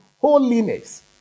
holiness